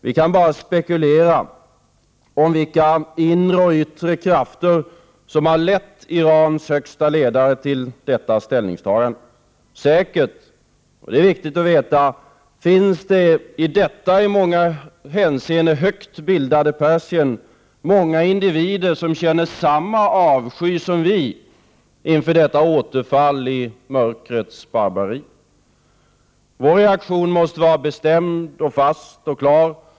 Vi kan bara spekulera i vilka inre och yttre krafter som har lett Irans högsta ledare till detta ställningstagande. Säkert, det är viktigt att veta, finns det i detta i många hänseenden högt bildade Iran många individer som känner samma avsky som vi inför detta återfall i mörkrets barbari. Vår reaktion måste vara bestämd och fast och klar.